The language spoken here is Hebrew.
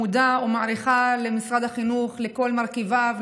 מודה ומעריכה את משרד החינוך על כל מרכיביו,